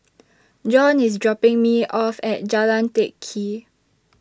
John IS dropping Me off At Jalan Teck Kee